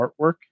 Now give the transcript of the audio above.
artwork